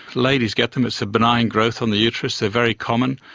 ladies get them, it's a benign growth on the uterus, they are very common.